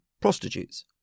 prostitutes